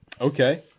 okay